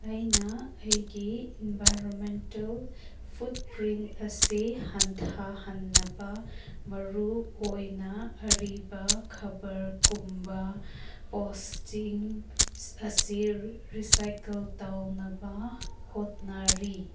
ꯑꯩꯅ ꯑꯩꯒꯤ environmental footprint ꯑꯁꯤ ꯍꯟꯊꯍꯟꯅꯕ ꯃꯔꯨ ꯑꯣꯏꯅ ꯑꯔꯤꯕ ꯈꯕꯔꯒꯨꯝꯕ ꯄꯣꯁꯇꯤꯡ ꯑꯁꯤ ꯔꯤꯁꯥꯏꯀꯜ ꯇꯧꯅꯕ ꯍꯣꯠꯅꯔꯤ